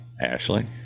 ashley